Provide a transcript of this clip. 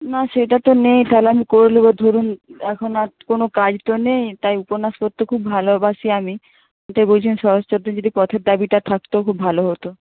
না সেটা তো নেই তাহলে আমি করে নেব ধরুন এখন আর কোনো কাজ তো নেই তাই উপন্যাস পড়তে খুব ভালোবাসি আমি তো বলছিলাম শরৎচন্দ্রের যদি পথের দাবিটা থাকতো খুব ভালো হতো